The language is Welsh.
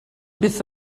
byth